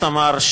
תמר,